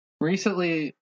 recently